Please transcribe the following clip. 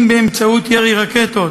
אם באמצעות ירי רקטות